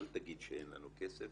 אל תגיד שאין לנו כסף,